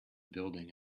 building